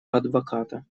адвоката